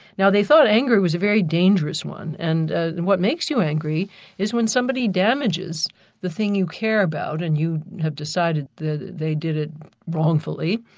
now they thought anger was a very dangerous one, and and what makes you angry is when somebody damages the thing you care about and you have decided they they did it wrongfully,